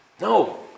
No